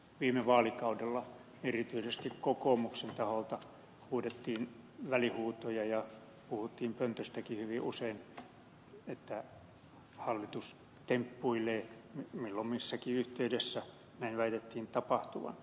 viime vaalikaudella erityisesti kokoomuksen taholta huudettiin välihuutoja ja puhuttiin pöntöstäkin hyvin usein että hallitus temppuilee milloin missäkin yhteydessä näin väitettiin tapahtuvan